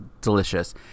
delicious